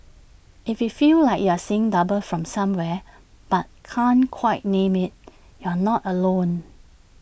if you feel like you're seeing double from somewhere but can't quite name IT you're not alone